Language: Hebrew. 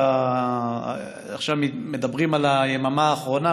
עכשיו מדברים על היממה האחרונה,